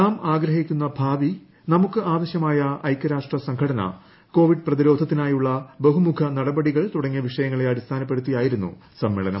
നാട്ട് ആഗ്ഗ്ഹിക്കുന്ന ഭാവി നമുക്ക് ആവശ്യമായ ഐക്യരാഷ്ട്ര സ്ഘടന കോവിഡ് പ്രതിരോധ ത്തിനായുള്ള ബഹുമൂഖ് നട്പടികൾ തുടങ്ങിയ വിഷയങ്ങളെ അടിസ്ഥാനപ്പെടുത്തിയായിരുന്നു സമ്മേളനം